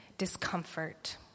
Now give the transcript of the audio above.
discomfort